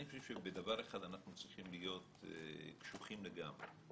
אני חושב שבדבר אחד אנחנו צריכים להיות קשוחים לגמרי.